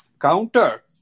counter